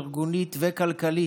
ארגונית וכלכלית,